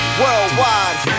worldwide